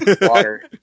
Water